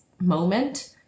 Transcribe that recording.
moment